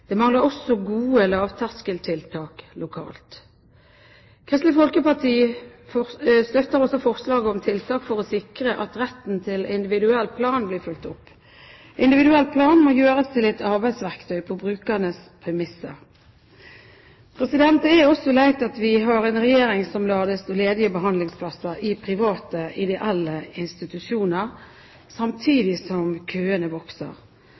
Det mangler også gode lavterskeltiltak lokalt. Kristelig Folkeparti støtter også forslaget om tiltak for å sikre at retten til individuell plan blir fulgt opp. Individuell plan må gjøres til et arbeidsverktøy på brukerens premisser. Det er også leit at vi har en regjering som lar behandlingsplasser i private ideelle institusjoner stå ledige samtidig som køene vokser.